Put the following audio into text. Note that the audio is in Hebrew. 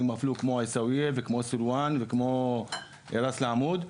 אפילו כמו עיסוויאה וכמו סילוואן וכמו ראס אל עמוד,